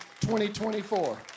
2024